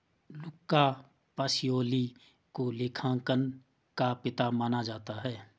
लुका Pacioli को लेखांकन का पिता माना जाता है